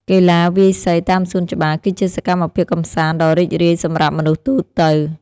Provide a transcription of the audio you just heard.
កីឡាវាយសីតាមសួនច្បារ គឺជាសកម្មភាពកម្សាន្តដ៏រីករាយសម្រាប់មនុស្សទូទៅ។